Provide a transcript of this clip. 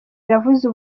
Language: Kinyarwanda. iravuza